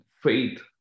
faith